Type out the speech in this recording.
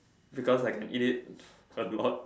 because I can eat it a lot